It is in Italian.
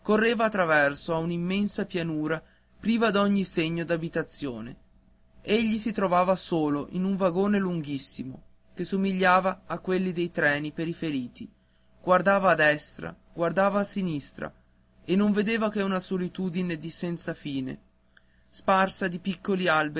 a un'immensa pianura priva d'ogni segno d'abitazione egli si trovava solo in un vagone lunghissimo che somigliava a quelli dei treni per i feriti guardava a destra guardava a sinistra e non vedeva che una solitudine senza fine sparsa di piccoli